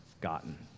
gotten